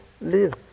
live